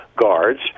guards